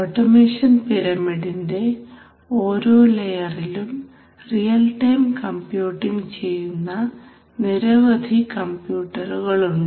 automation പിരമിഡിന്റെ ഓരോ ലെയറിലും റിയൽ ടൈം കമ്പ്യൂട്ടിംഗ് ചെയ്യുന്ന നിരവധി കമ്പ്യൂട്ടറുകളുണ്ട്